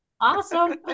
Awesome